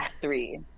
three